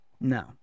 No